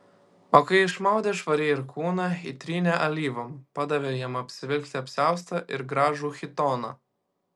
o kai išmaudė švariai ir kūną įtrynė alyvom padavė jam apsivilkti apsiaustą ir gražų chitoną